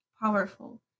powerful